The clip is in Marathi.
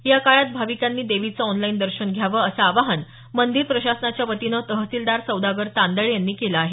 या काळात भाविकांनी देवीचं ऑनलाईन दर्शन घ्यावं असं आवाहन मंदिर प्रशासनाच्या वतीने तहसीलदार सौदागर तांदळे यांनी केलं आहे